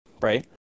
right